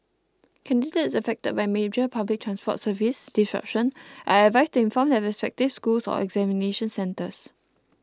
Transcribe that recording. candidates affected by major public transport service disruption are advised to inform their respective schools or examination centres